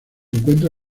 encuentra